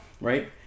right